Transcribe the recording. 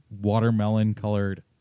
watermelon-colored